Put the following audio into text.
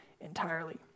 entirely